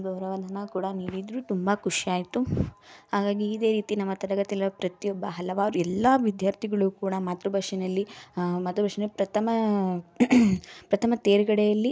ಗೌರವ ಧನ ಕೂಡ ನೀಡಿದರು ತುಂಬ ಖುಷಿ ಆಯಿತು ಹಾಗಾಗಿ ಇದೇ ರೀತಿ ನಮ್ಮ ತರಗತಿಯಲ್ಲಿರುವ ಪ್ರತಿಯೊಬ್ಬ ಹಲವಾರು ಎಲ್ಲ ವಿದ್ಯಾರ್ಥಿಗಳಿಗೂ ಕೂಡ ಮಾತೃಭಾಷೆಯಲ್ಲಿ ಮಾತೃಭಾಷೆನ ಪ್ರಥಮ ಪ್ರಥಮ ತೇರ್ಗಡೆಯಲ್ಲಿ